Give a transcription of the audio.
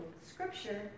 scripture